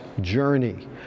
journey